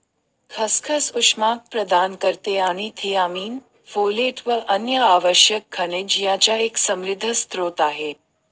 खसखस उष्मांक प्रदान करते आणि थियामीन, फोलेट व अन्य आवश्यक खनिज यांचा एक समृद्ध स्त्रोत आहे